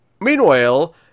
Meanwhile